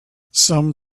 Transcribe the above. some